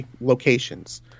locations